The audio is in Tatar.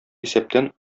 исәптән